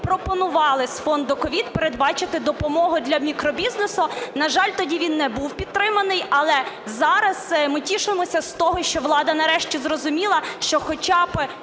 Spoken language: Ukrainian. пропонувалось Фонду COVID передбачити допомогу мікробізнесу. На жаль, тоді він не був підтриманий, але зараз ми тішимося з того, що влада нарешті зрозуміла, що хоча б